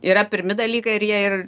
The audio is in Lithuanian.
yra pirmi dalykai ir jie ir